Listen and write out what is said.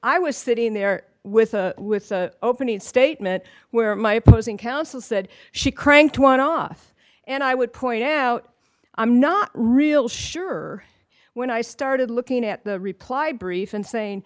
i was sitting there with a with the opening statement where my opposing counsel said she cranked one off and i would point out i'm not real sure when i started looking at the reply brief and saying